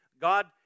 God